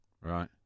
Right